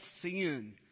sin